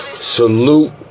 Salute